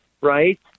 right